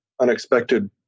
unexpected